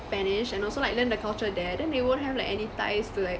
spanish and also like learn the culture there then they won't have like any ties to like